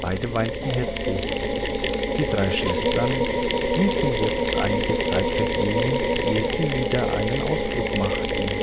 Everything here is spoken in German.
beide weinten heftig die drei schwestern ließen jetzt einige zeit vergehen ehe sie wieder einen ausflug machten